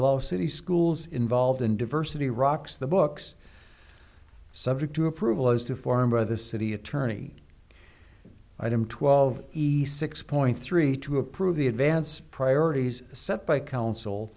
allow city schools involved in diversity rocks the books subject to approval as the former the city attorney item twelve east six point three to approve the advance priorities set by coun